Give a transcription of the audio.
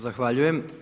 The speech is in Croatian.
Zahvaljujem.